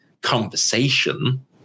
conversation